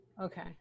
okay